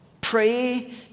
pray